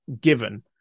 given